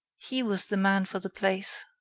he was the man for the place.